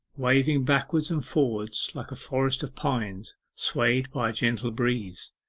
waving backwards and forwards like a forest of pines swayed by a gentle breeze